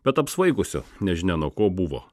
bet apsvaigusių nežinia nuo ko buvo